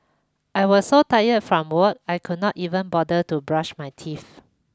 I was so tired from work I could not even bother to brush my teeth